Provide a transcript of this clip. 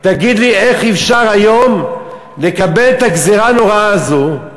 תגיד לי איך אפשר היום לקבל את הגזירה הנוראה הזאת,